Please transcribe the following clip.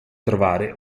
trovare